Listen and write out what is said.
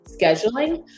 scheduling